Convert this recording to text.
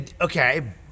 Okay